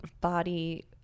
body